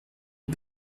une